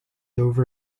over